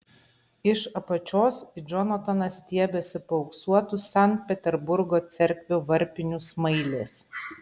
iš apačios į džonataną stiebiasi paauksuotų sankt peterburgo cerkvių varpinių smailės